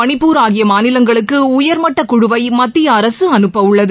மணிப்பூர் ஆகிய மாநிலங்களுக்கு உயர்மட்ட குழுவை மத்திய அரசு அனுப்ப உள்ளது